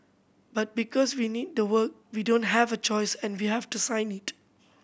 but because we need the work we don't have a choice and we have to sign it